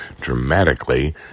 dramatically